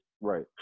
right